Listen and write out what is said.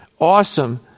awesome